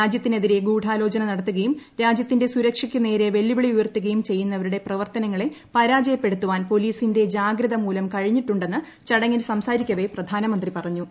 രാജ്യത്തിനെതിരെ ഗൂഢ്ട്ട്ലോചന നടത്തുകയും രാജ്യത്തിന്റെ സുരക്ഷയ്ക്കുനേരെ വെല്ലുവിളി ഉയർത്തുകയും ചെയ്യുന്നവരുടെ പ്രവർത്തനങ്ങളെ പരാജയപ്പെടുത്തുവാൻ പോലീസിന്റെ ജാഗ്രതമൂലം കഴിഞ്ഞിട്ടുണ്ടെന്ന് ചടങ്ങിൽ സംസാരിക്കവേ പ്രധാനമന്ത്രി പറഞ്ഞു